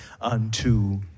unto